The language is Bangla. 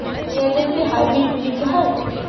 পেঁয়াজ এর কি হাইব্রিড বীজ হয়?